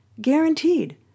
Guaranteed